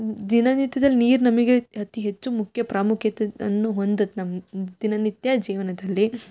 ದಿನನಿತ್ಯದಲ್ಲಿ ನೀರು ನಮಗೆ ಅತೀ ಹೆಚ್ಚು ಮುಖ್ಯ ಪ್ರಾಮುಕ್ಯತೆಯನ್ನು ಹೊಂದುತ್ತೆ ನಮ್ಮ ದಿನ ನಿತ್ಯ ಜೀವನದಲ್ಲಿ